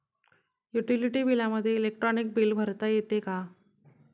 Utility बिलामध्ये electronic bill भरता येते का?